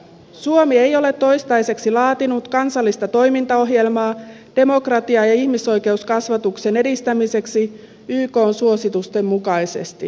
suomi ei ole toistaiseksi laatinut kansallista toimintaoh jelmaa demokratia ja ihmisoikeuskasvatuksen edistämiseksi ykn suositusten mukaisesti